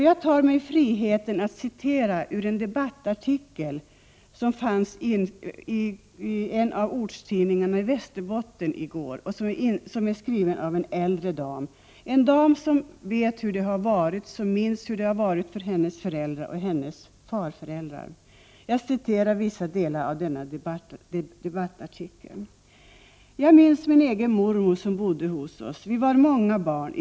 Jag tar mig friheten att citera ur en debattartikeli en av ortstidningarna i Västerbotten i går. Den är skriven av en äldre dam, som vet och minns hur det var för hennes föräldrar och farföräldrar. Jag citerar vissa delar av denna debattartikel: ”Jag minns min egen mormor som bodde hos oss. Vi var många barn.